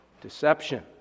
Deception